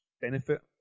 benefit